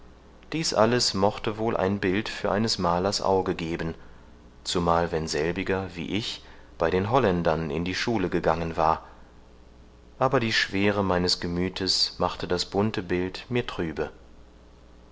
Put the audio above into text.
lederhosen dies alles mochte wohl ein bild für eines malers auge geben zumal wenn selbiger wie ich bei den holländern in die schule gegangen war aber die schwere meines gemüthes machte das bunte bild mir trübe